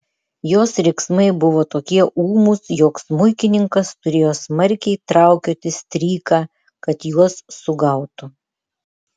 jos riksmai buvo tokie ūmūs jog smuikininkas turėjo smarkiai traukioti stryką kad juos sugautų